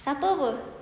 supper apa